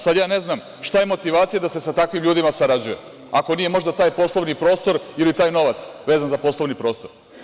Sad ja ne znam šta je motivacija da se sa takvim ljudima sarađuje, ako nije možda taj poslovni prostor ili taj novac vezan za poslovni prostor.